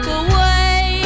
away